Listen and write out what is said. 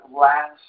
last